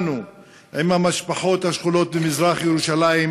היום אני חוזר מעונש של הרחקה לארבעה חודשים